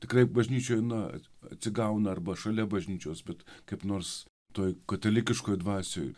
tikrai bažnyčioje na atsigauna arba šalia bažnyčios bet kaip nors toje katalikiškoje dvasioje